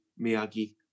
Miyagi